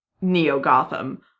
Neo-Gotham